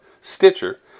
Stitcher